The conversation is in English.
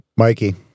Mikey